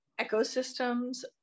ecosystems